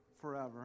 forever